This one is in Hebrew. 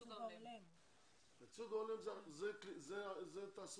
ייצוג הולם, זאת תעסוקה.